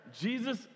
Jesus